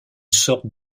sorte